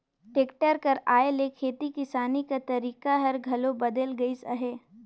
tractor कर आए ले खेती किसानी कर तरीका हर घलो बदेल गइस अहे